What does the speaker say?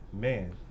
man